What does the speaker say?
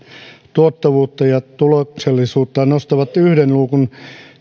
tuottavuutta ja tuloksellisuutta nostavat yhden luukun